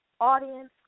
audience